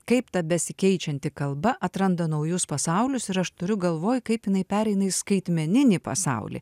kaip ta besikeičianti kalba atranda naujus pasaulius ir aš turiu galvoj kaip jinai pereina į skaitmeninį pasaulį